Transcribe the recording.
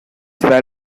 well